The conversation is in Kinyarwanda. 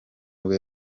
nibwo